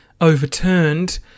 overturned